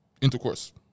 intercourse